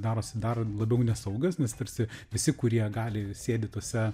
darosi dar labiau nesaugios nes tarsi visi kurie gali sėdi tose